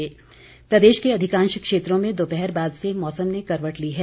मौसम प्रदेश के अधिकांश क्षेत्रों में दोपहर बाद से मौसम ने करवट ली है